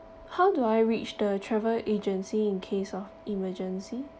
how do I reach the travel agency in case of emergency